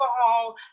alcohol